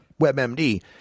WebMD